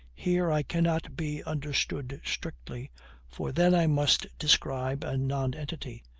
here i cannot be understood strictly for then i must describe a nonentity,